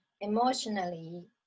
emotionally